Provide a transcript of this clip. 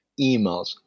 emails